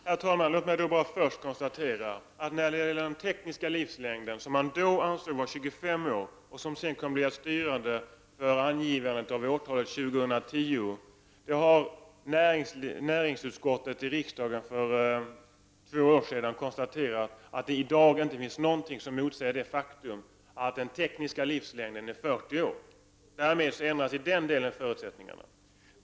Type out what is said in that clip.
Herr talman! Låt mig först bara göra ett konstaterande när det gäller den tekniska livslängden, som man då ansåg vara 25 år — det kom i sin tur att bli styrande för angivandet av årtalet 2010. Näringsutskottet i riksdagen konstaterade för två år sedan att det i dag inte finns någonting som motsäger att den tekniska livslängden är 40 år. Därmed ändras förutsättningarna i den delen.